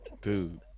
Dude